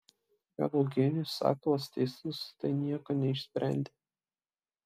gal eugenijus sakalas teisus tai nieko neišsprendė